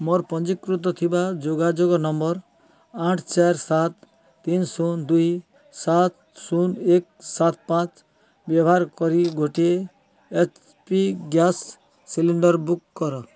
ମୋର ପଞ୍ଜୀକୃତ ଥିବା ଯୋଗାଯୋଗ ନମ୍ବର୍ ଆଠ ଚାରି ସାତ ତିନି ଶୂନ ଦୁଇ ସାତ ଶୂନ ଏକ ସାତ ପାଞ୍ଚ ବ୍ୟବାହାର କରି ଗୋଟିଏ H P gas cylinder book କର